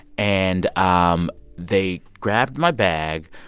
and um they grabbed my bag,